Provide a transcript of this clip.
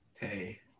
hey